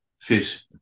fit